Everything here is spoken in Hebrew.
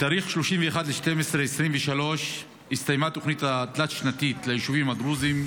בתאריך 31 בדצמבר 2023 הסתיימה התוכנית תלת-שנתית לישובים הדרוזיים.